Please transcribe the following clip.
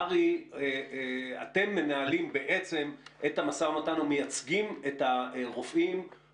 בעצם איך מערכת הבריאות צריכה להיות,